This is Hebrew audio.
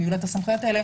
אם יהיו לה הסמכויות האלה,